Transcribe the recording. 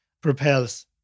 propels